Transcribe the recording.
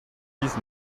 dix